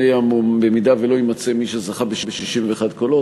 אם לא יימצא מי שזכה ב-61 קולות,